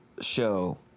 show